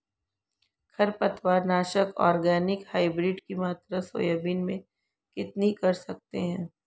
खरपतवार नाशक organic hybrid की मात्रा सोयाबीन में कितनी कर सकते हैं?